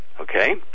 Okay